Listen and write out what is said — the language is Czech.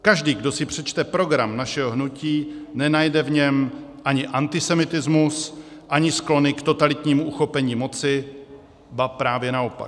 Každý, kdo si přečte program našeho hnutí, nenajde v něm ani antisemitismus, ani sklony k totalitnímu uchopení moci, ba právě naopak.